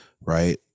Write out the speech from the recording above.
right